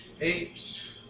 Eight